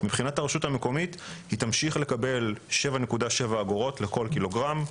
מבחינת הרשות המקומית היא תמשיך לקבל 7.7 אגורות לכל קילוגרם,